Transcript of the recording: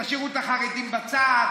תשאירו את החרדים בצד,